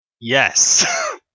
Yes